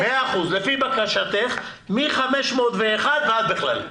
לפי בקשתך, מ-501 עד בכלל.